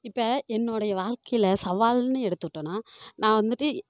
இப்போ என்னுடைய வாழ்க்கையில சவால்ன்னு எடுத்துகிட்டோனா நான் வந்துட்டு